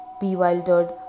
bewildered